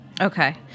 Okay